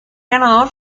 ganador